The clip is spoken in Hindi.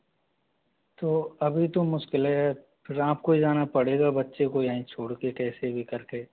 तो अभी तो मुश्किल है फिर आपको ही जाना पड़ेगा बच्चे को यहीं छोड़ के कैसे भी करके